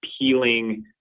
peeling